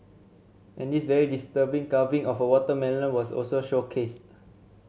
and this very disturbing carving of a watermelon was also showcased